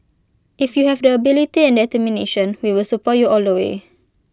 if you have the ability and determination we will support you all the way